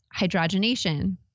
hydrogenation